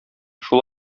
шул